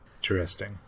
Interesting